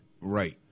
Right